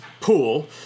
pool